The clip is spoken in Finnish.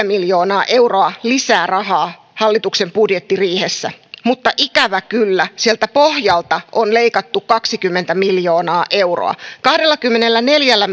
miljoonaa euroa lisää rahaa hallituksen budjettiriihessä mutta ikävä kyllä sieltä pohjalta on leikattu kaksikymmentä miljoonaa euroa kahdellakymmenelläneljällä